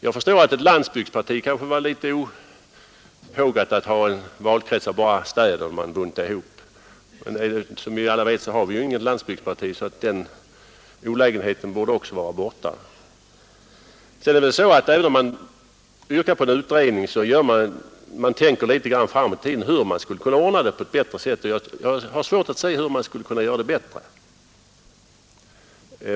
Jag förstår att ett landsbygdsparti tidigare var litet ohågat att ha en valkrets där det bara ingick städer som man buntade ihop. Eftersom vi alltså inte har något landsbygdsparti längre borde också den olägenheten vara borta. Då det nu yrkas på en utredning tänker man väl på hur det för framtiden skall kunna ordnas på ett bättre sätt. Jag har svårt att se hur man skulle kunna göra det bättre.